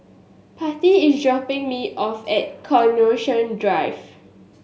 Patti is dropping me off at Coronation Drive